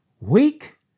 Weak